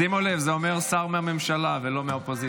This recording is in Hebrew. שימו לב, את זה אומר שר מהממשלה, לא מהאופוזיציה.